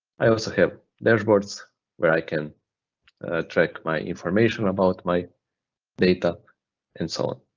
i also have dashboards where i can track my information about my data and so on.